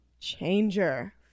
changer